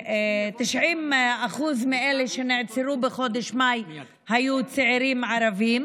ש-90% מאלה שנעצרו בחודש מאי היו צעירים ערבים: